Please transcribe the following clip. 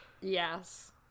Yes